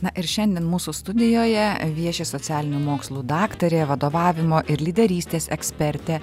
na ir šiandien mūsų studijoje vieši socialinių mokslų daktarė vadovavimo ir lyderystės ekspertė